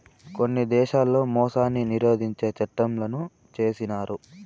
కొన్ని దేశాల్లో మోసాన్ని నిరోధించే చట్టంలను చేసినారు